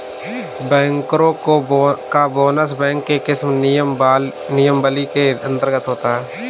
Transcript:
बैंकरों का bonus bank के किस नियमावली के अंतर्गत आता है?